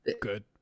good